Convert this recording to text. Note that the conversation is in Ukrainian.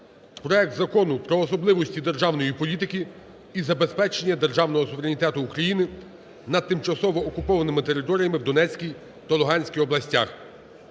України "Про особливості державної політики із забезпечення державного суверенітету України на тимчасово окупованих територіях в Донецькій та Луганській областях,